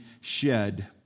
shed